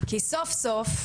כי סוף סוף,